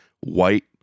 white